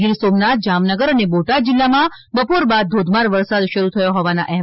ગીર સોમનાથ જામનગર અને બોટાદ જિલ્લામાં બપોર બાદ ધોધમાર વરસાદ શરૂ થયો હોવાના અહેવાલ છે